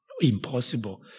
impossible